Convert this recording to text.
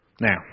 Now